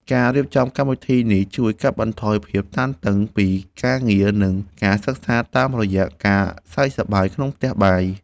ការរៀបចំកម្មវិធីនេះជួយកាត់បន្ថយភាពតានតឹងពីការងារ និងការសិក្សា តាមរយៈការសើចសប្បាយក្នុងផ្ទះបាយ។